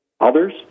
others